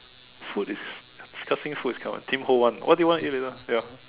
food is disgusting food Tim-Ho-Wan what do you want to eat later ya